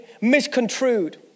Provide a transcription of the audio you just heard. misconstrued